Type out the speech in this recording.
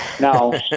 no